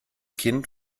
kind